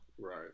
Right